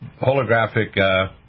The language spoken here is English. holographic